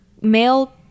male